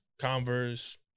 Converse